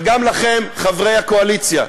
וגם לכם, חברי הקואליציה,